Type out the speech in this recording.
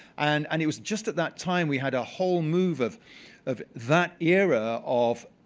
and and it was just at that time we had a whole move of of that era of